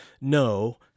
no